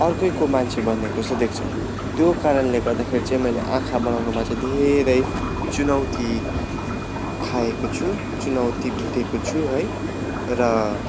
अर्कैको मान्छे बनिएको जस्तो देख्छ त्यो कारणले गर्दाखेरि चाहिँ मैले आँखा बनाउनुमा चाहिँ धेरै चुनौती खाएको छु चुनौती भेटेको छु है र